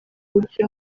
buryo